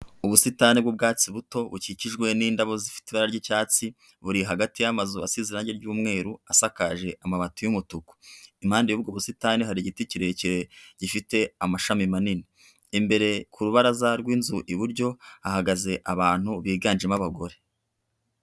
Ubusitani bw'ubwatsi buto bukikijwe n'indabo zifite ibara ry'icyatsi, buri hagati yamazu asize irangi ry'umweru asakaje amabati y'umutuku impande y'ubwo busitani hari igiti kirekire gifite amashami manini imbere ku rubaraza rw'inzu iburyo hahagaze abantu biganjemo abagore.